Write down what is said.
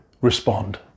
respond